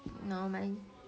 no my